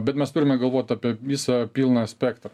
bet mes turime galvot apie visą pilną spektrą